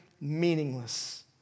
meaningless